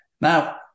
Now